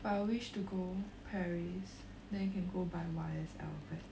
but I wish to go paris then can go buy Y_S_L bag